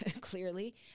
clearly